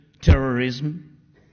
terrorism